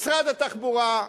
משרד התחבורה,